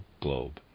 globe